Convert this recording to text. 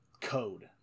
code